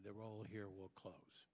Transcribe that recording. the role here will close